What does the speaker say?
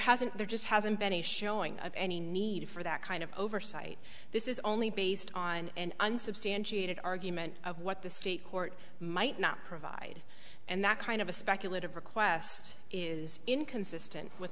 hasn't there just hasn't been a showing of any need for that kind of oversight this is only based on an unsubstantiated argument of what the state court might not provide and that kind of a speculative request is inconsistent with